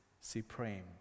supreme